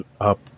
up